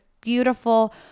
beautiful